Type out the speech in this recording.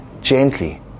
gently